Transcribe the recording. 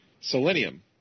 Selenium